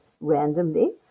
randomly